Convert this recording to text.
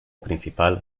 principal